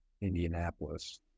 indianapolis